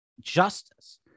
justice